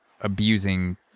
abusing